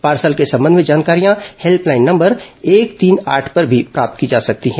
parcel के संबंध में जानकारियाँ हेल्पलाइन नंबर एक तीन आठ पर भी प्राप्त की जा सकती है